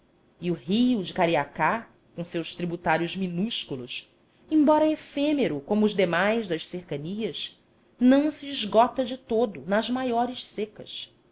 e o rio de cariacá com seus tributários minúsculos embora efêmero como os demais das cercanias não se esgota de todo nas maiores secas